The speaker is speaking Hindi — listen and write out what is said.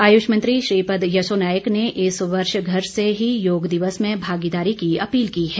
आयुष मंत्री श्रीपद यसो नाइक ने इस वर्ष घर से ही योग दिवस में भागीदारी की अपील की है